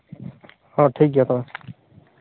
ᱦᱮᱸ ᱴᱷᱤᱠ ᱜᱮᱭᱟ ᱛᱚᱵᱮ